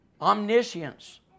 omniscience